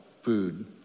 Food